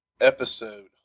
episode